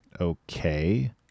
Okay